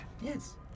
Yes